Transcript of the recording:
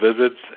visits